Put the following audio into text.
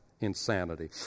insanity